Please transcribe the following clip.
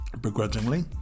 begrudgingly